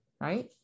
right